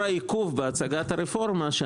אז חשבתי שלאור העיכוב בהצגת הרפורמה,